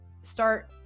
start